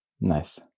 Nice